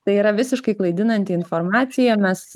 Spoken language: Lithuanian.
tai yra visiškai klaidinanti informacija mes